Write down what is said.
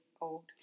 old